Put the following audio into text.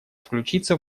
включиться